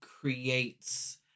creates